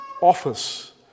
office